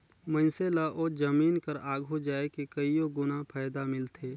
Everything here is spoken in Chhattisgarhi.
मइनसे ल ओ जमीन कर आघु जाए के कइयो गुना फएदा मिलथे